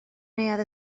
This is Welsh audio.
neuadd